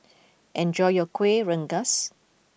enjoy your Kuih Rengas